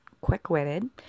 quick-witted